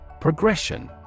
progression